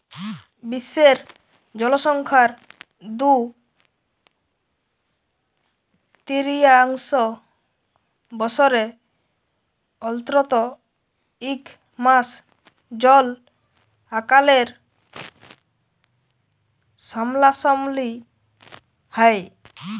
বিশ্বের জলসংখ্যার দু তিরতীয়াংশ বসরে অল্তত ইক মাস জল আকালের সামলাসামলি হ্যয়